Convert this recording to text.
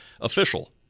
official